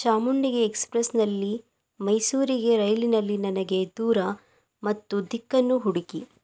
ಚಾಮುಂಡಿ ಎಕ್ಸ್ಪ್ರೆಸ್ನಲ್ಲಿ ಮೈಸೂರಿಗೆ ರೈಲಿನಲ್ಲಿ ನನಗೆ ದೂರ ಮತ್ತು ದಿಕ್ಕನ್ನು ಹುಡುಕಿ